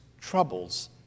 troubles